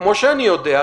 כמו שאני יודע,